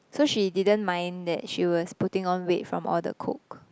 so she didn't mind that she was putting on weight from all the Coke